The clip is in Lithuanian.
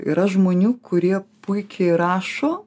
yra žmonių kurie puikiai rašo